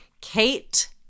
Kate